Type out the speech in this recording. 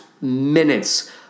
minutes